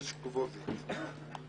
הרשקוביץ.